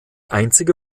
einzige